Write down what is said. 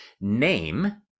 name